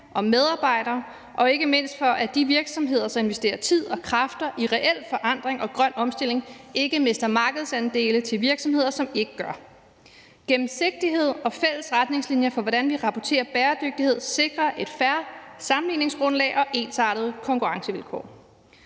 og medarbejdere og ikke mindst for, at de virksomheder, som investerer tid og kræfter i reel forandring og grøn omstilling, ikke mister markedsandele til virksomheder, som ikke gør det. Gennemsigtighed og fælles retningslinjer for, hvordan vi rapporterer bæredygtighed, sikrer et fair sammenligningsgrundlag og ensartede konkurrencevilkår.